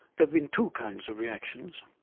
have been two kinds of reactions.